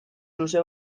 luze